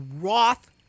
Roth